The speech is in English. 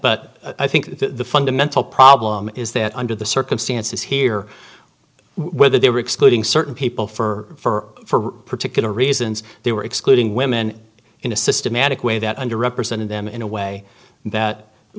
but i think the fundamental problem is that under the circumstances here where they were excluding certain people for particular reasons they were excluding women in a systematic way that under represented them in a way that